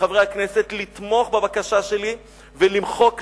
מחברי הכנסת, לתמוך בבקשה שלי ולמחוק לחבורה,